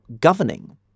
governing